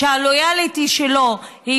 שהלויאליות שלו היא